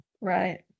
right